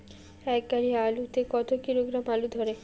এক গাড়ি আলু তে কত কিলোগ্রাম আলু ধরে?